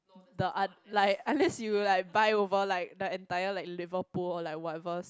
the a~ like unless you like buy over like the entire Liverpool or like whatever